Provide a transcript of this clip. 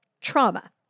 trauma